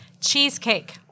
Cheesecake